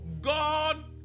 God